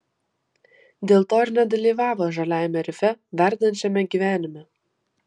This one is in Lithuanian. dėl to ir nedalyvavo žaliajame rife verdančiame gyvenime